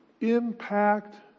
impact